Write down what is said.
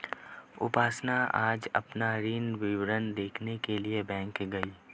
उपासना आज अपना ऋण विवरण देखने के लिए बैंक गई